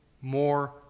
more